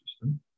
system